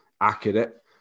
accurate